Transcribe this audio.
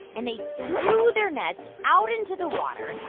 and they threw their nets out into the water.